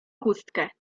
chustkę